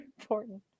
important